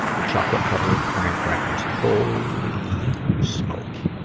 the chocolate-covered graham crackers. holy smoke!